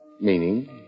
Meaning